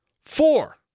Four